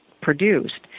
produced